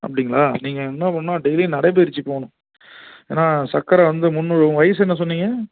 அப்படிங்களா நீங்கள் என்ன பண்ணுன்னால் டெய்லியும் நடைப்பயிற்சி போகணும் ஏன்னால் சர்க்கரை வந்து முன்னூறு உங்கள் வயது என்ன சொன்னீங்க